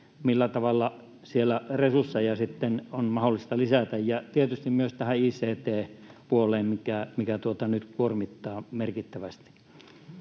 millä tavalla siellä resursseja sitten on mahdollista lisätä, ja tietysti myös tähän ict-puoleen, mikä nyt kuormittaa merkittävästi?